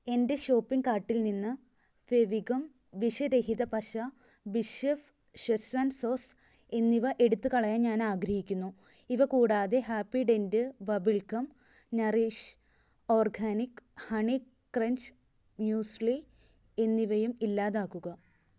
എന്റെ ഷോപ്പിംഗ് കാർട്ടിൽ നിന്ന് ഫെവിഗം വിഷരഹിത പശ ബിഷെഫ് ഷെസ്വാൻ സോസ് എന്നിവ എടുത്തു കളയാൻ ഞാൻ ആഗ്രഹിക്കുന്നു ഇവ കൂടാതെ Happydent bubble gum Nourish organic honey crunch muesli എന്നിവയും ഇല്ലാതാക്കുക